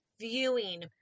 viewing